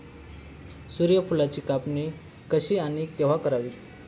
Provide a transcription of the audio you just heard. सूर्यफुलाची कापणी कशी आणि केव्हा करावी?